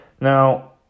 Now